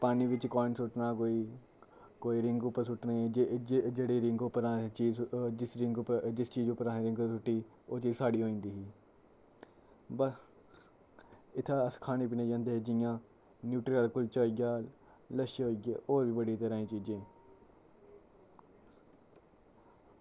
पानी विच काइन सुट्टना कोई कोई रिंग उप्पर सुट्टनी जे जे जेह्ड़ी रिंग उप्पर आनी चीज जिस रिंग उप्पर जिस चीज उप्पर असैं रिंग सुट्टी ओह् चीज साढ़ी होई जंदी ही बस इत्थै अस खाने पीने जंदे हे जि'यां न्यूट्री आह्ला कुल्चा होई गेआ लच्छे होइये होर वी बड़ी तरह दी चीजें